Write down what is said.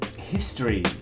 history